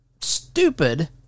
stupid